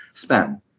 spam